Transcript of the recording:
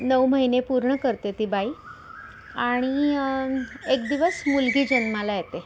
नऊ महिने पूर्ण करते ती बाई आणि एक दिवस मुलगी जन्माला येते